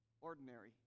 ordinary